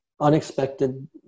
unexpected